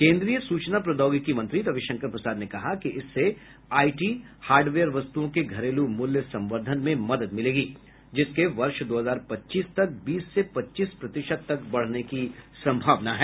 केन्द्रीय सूचना प्रोद्योगिकी मंत्री रविशंकर प्रसाद ने कहा कि इससे आईटी हार्डवेयर वस्तुओं के घरेलू मूल्य संवर्धन में मदद मिलेगी जिसके वर्ष दो हजार पच्चीस तक बीस से पच्चीस प्रतिशत तक बढ़ने की संभावना है